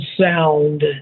sound